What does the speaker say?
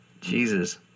jesus